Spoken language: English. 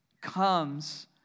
comes